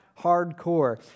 hardcore